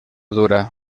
dura